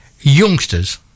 youngsters